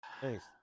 Thanks